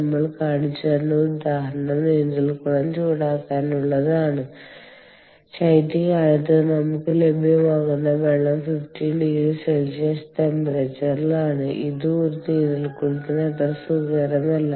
നമ്മൾ കാണിച്ചുതന്ന ഒരു ഉദാഹരണം നീന്തൽക്കുളം ചൂടാക്കാനുള്ളതാണ് ശൈത്യകാലത്ത് നമുക്ക് ലഭ്യമാകുന്ന വെള്ളം 15C താഴ്ന്ന ടെമ്പറേച്ചറിലാണ് ഇത് ഒരു നീന്തൽക്കുളത്തിന് അത്ര സുഖകരമല്ല